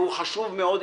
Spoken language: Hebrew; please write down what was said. והוא חשוב מאוד,